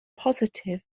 positif